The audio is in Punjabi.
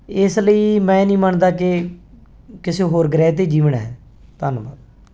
ਇਸ ਲਈ ਮੈਂ ਨਹੀਂ ਮੰਨਦਾ ਕਿ ਕਿਸੇ ਹੋਰ ਗ੍ਰਹਿ 'ਤੇ ਜੀਵਨ ਹੈ ਧੰਨਵਾਦ